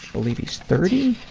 believe he's thirty?